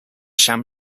sam